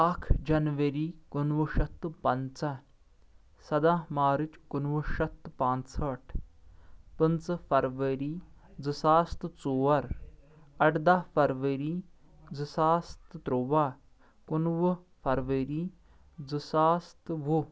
اکھ جنؤری کُنوُہ شیٚتھ تہٕ پنٛژہ سدہ مارٕچ کُنوُہ شیٚتھ تہٕ پانٛژھ ہٲٹھ پٕنٛژٕ فرؤری زٕ ساس تہٕ ژور ارٕدہ فرؤری زٕ ساس تہٕ ترٛووا کُنوُہ فرؤری زٕ ساس تہٕ وُہ